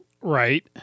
Right